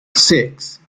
six